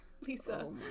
lisa